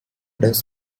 does